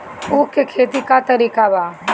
उख के खेती का तरीका का बा?